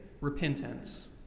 repentance